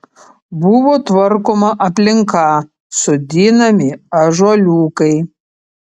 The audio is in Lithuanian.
buvo tvarkoma aplinka sodinami ąžuoliukai